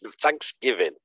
Thanksgiving